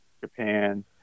Japan